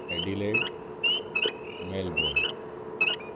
Adelaide Melbourne